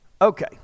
Okay